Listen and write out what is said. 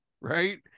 Right